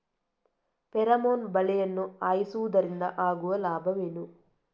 Pheromone ಬಲೆಯನ್ನು ಹಾಯಿಸುವುದರಿಂದ ಆಗುವ ಲಾಭವೇನು?